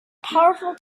powerful